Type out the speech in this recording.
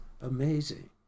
amazing